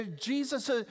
Jesus